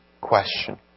question